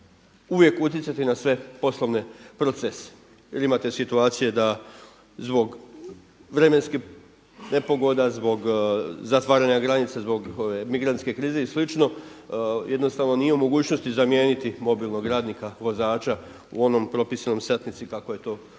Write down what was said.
uvijek utjecati na sve poslovne procese. Jel imate situacije da zbog vremenskih nepogoda, zbog zatvaranja granica zbog ove migrantske krize i slično jednostavno nije u mogućnosti zamijeniti mobilnog radnika vozača u onom propisanoj satnici kako je to ovdje